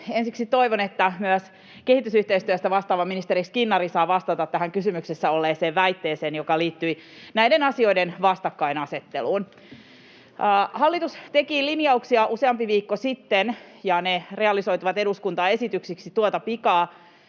Ensiksi toivon, että myös kehitysyhteistyöstä vastaava ministeri Skinnari saa vastata tähän kysymyksessä olleeseen väitteeseen, joka liittyi näiden asioiden vastakkainasetteluun. Hallitus teki linjauksia useampi viikko sitten, ja ne realisoituvat tuota pikaa